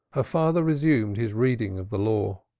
her father resumed his reading of the law.